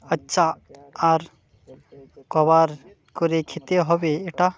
আচ্ছা আর ক বার করে খেতে হবে এটা